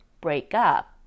breakup